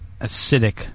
acidic